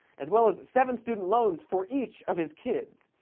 as well as seven student loans for each of his kids.